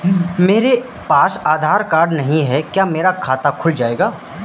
मेरे पास आधार कार्ड नहीं है क्या मेरा खाता खुल जाएगा?